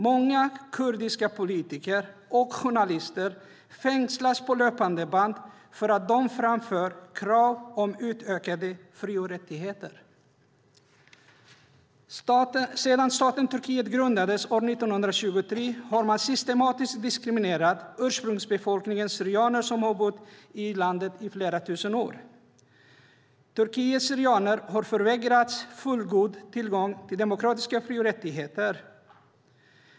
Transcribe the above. Många kurdiska politiker och journalister fängslas på löpande band för att de framför krav om utökade fri och rättigheter. Sedan staten Turkiet grundades år 1923 har man systematiskt diskriminerat ursprungsbefolkningen syrianer, som har bott i landet i flera tusen år. Turkiets syrianer har förvägrats fullgod tillgång till demokratiska fri och rättigheter.